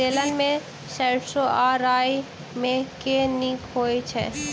तेलहन मे सैरसो आ राई मे केँ नीक होइ छै?